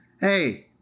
Hey